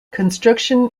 construction